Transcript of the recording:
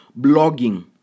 blogging